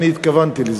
אני התכוונתי לזה.